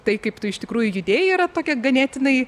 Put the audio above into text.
tai kaip tu iš tikrųjų judėjai yra tokia ganėtinai